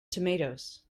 tomatoes